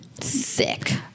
Sick